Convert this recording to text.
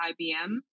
IBM